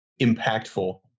impactful